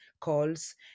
calls